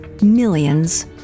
millions